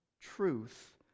truth